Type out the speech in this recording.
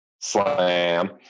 slam